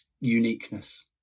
uniqueness